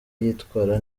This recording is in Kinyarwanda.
yitwara